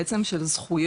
בעצם של זכויות